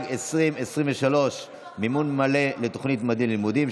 מימון שכר לימוד מלא),